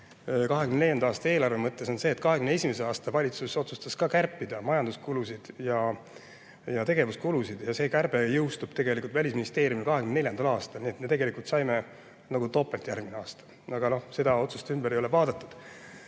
2024. aasta eelarve mõttes, nimelt, 2021. aasta valitsus otsustas ka kärpida majanduskulusid ja tegevuskulusid, aga see kärbe jõustub tegelikult Välisministeeriumil 2024. aastal. Nii et me tegelikult saime nagu topelt järgmisel aastal, aga seda otsust ümber ei ole vaadatud.